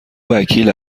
وکیل